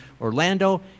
Orlando